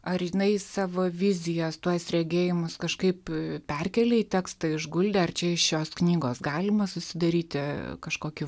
ar jinai savo vizijas tuos regėjimus kažkaip perkėlė į tekstą išguldė ar čia iš šios knygos galima susidaryti kažkokį